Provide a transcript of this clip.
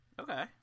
Okay